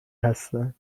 هستن